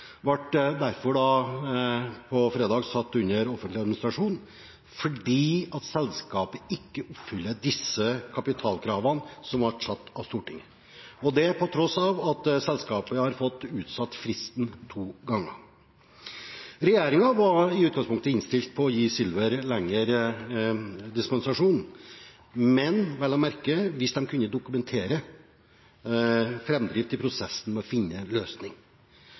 ble på fredag satt under offentlig administrasjon fordi selskapet ikke oppfyller de kapitalkravene som ble satt av Stortinget, det til tross for at selskapet har fått utsatt fristen to ganger. Regjeringen var i utgangspunktet innstilt på å gi Silver dispensasjon lenger, vel å merke hvis de kunne dokumentere framdrift i prosessen med å finne en løsning.